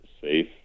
safe